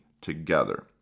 together